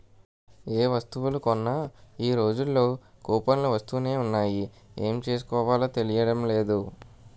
ఏ వస్తువులు కొన్నా ఈ రోజుల్లో కూపన్లు వస్తునే ఉన్నాయి ఏం చేసుకోవాలో తెలియడం లేదు